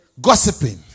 Gossiping